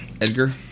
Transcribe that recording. Edgar